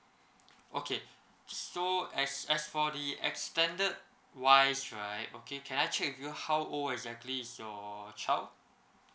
okay so as as for the extended wise right okay can I check with you how old exactly is your child